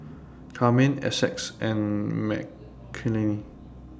Carmine Essex and Mckinley